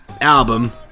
album